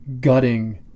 gutting